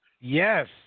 Yes